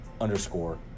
underscore